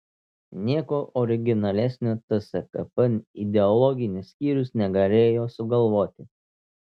nieko originalesnio tskp ideologinis skyrius negalėjo sugalvoti